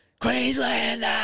Queenslander